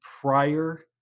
prior